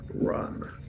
run